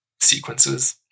sequences